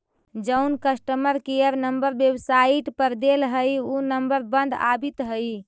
जउन customer care number website पर देल हई ऊ नंबर बंद आबित हई